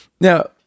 now